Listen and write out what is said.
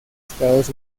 estados